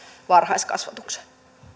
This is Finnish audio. varhaiskasvatukseen